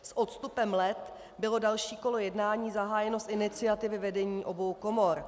S odstupem let bylo další kolo jednání zahájeno z iniciativy vedení obou komor.